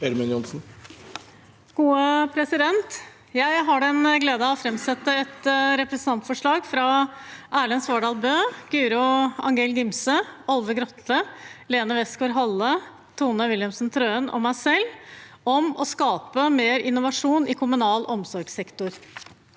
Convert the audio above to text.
Ørmen Johnsen (H) Jeg har gle- den av å framsette et representantforslag fra Erlend Svardal Bøe, Guro Angell Gimse, Olve Grotle, Lene Westgaard-Halle, Tone Wilhelmsen Trøen og meg selv om å skape mer innovasjon i kommunal omsorgssektor.